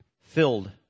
Filled